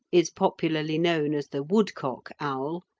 is popularly known as the woodcock owl,